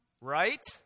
right